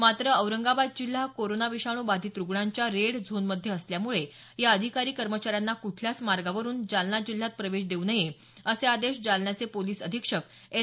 मात्र औरंगाबाद जिल्हा हा कोरोना विषाणू बाधित रुग्णांच्या रेड झोनमध्ये असल्यामुळे या अधिकारी कर्मचाऱ्यांना क्ठल्याच मार्गावरून जालना जिल्ह्यात प्रवेश देऊ नये असे आदेश जालन्याचे पोलीस अधीक्षक एस